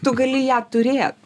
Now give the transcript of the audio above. tu gali ją turėt